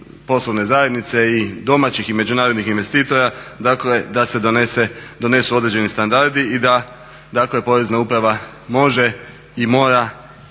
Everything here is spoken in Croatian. poslovne zajednice i domaćih i međunarodnih investitora, dakle da se donesu određeni standardi i da dakle Porezna uprava može i mora